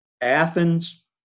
Athens